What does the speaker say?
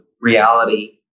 reality